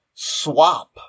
Swap